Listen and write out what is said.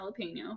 jalapeno